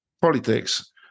politics